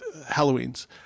Halloweens